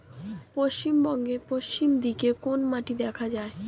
পশ্চিমবঙ্গ পশ্চিম দিকে কোন মাটি দেখা যায়?